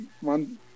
one